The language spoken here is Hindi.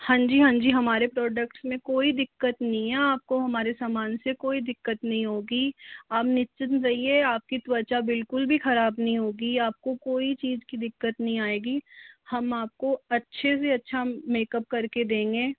हाँ जी हाँ जी हमारे प्रोडक्ट्स में कोई दिक्कत नहीं हैं आपको हमारे सामान से कोई दिक्कत नहीं होगी आप निश्चिंत रहिए आपकी त्वचा बिल्कुल भी खराब नहीं होगी आपको कोई चीज़ की दिक्कत नहीं आएंगी हम आपको अच्छे से अच्छा मेकअप करके देंगे